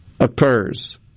occurs